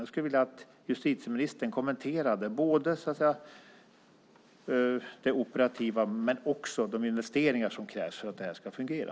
Jag skulle vilja att justitieministern kommenterade både det operativa och de investeringar som krävs för att det här ska fungera.